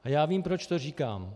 Já vím, proč to říkám.